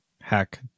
hack